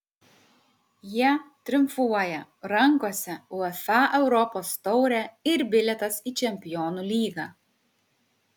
jie triumfuoja rankose uefa europos taurė ir bilietas į čempionų lygą